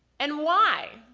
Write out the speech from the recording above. and why?